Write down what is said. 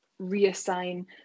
reassign